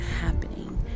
happening